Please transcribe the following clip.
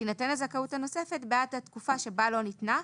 תינתן הזכאות הנוספת בעד התקופה שבה לא ניתנה,